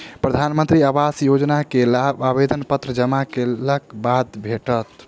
प्रधानमंत्री आवास योजना के लाभ आवेदन पत्र जमा केलक बाद भेटत